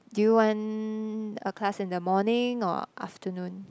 do you want a class in the morning or afternoon